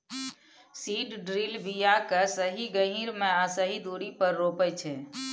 seed drill बीया केँ सही गहीर मे आ सही दुरी पर रोपय छै